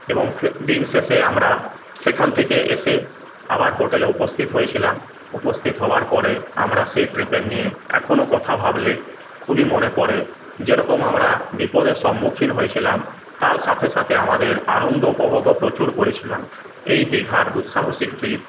এবং দিন শেষে আমরা সেখান থেকে এসে আবার হোটেলে উপস্থিত হয়েছিলাম উপস্থিত হওয়ার পরে আমরা সেই ট্রিপের নিয়ে এখনও কথা ভাবলে খুবই মনে পড়ে যেরকম আমরা বিপদের সম্মুখীন হয়েছিলাম তার সাথে সাথে আমাদের আনন্দ উপভোগও প্রচুর করেছিলাম এই দীঘার দুঃসাহসিক ট্রিপ